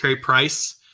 price